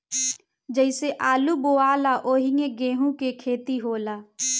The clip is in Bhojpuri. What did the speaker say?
जइसे आलू बोआला ओहिंगा एहू के खेती होला